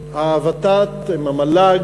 הוות"ת, עם המל"ג,